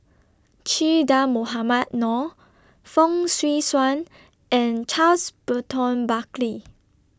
Che Dah Mohamed Noor Fong Swee Suan and Charles Burton Buckley